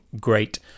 great